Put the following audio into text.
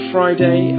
Friday